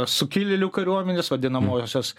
sukilėlių kariuomenės vadinamosios